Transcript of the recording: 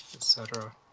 etc.